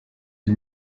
die